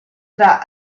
tra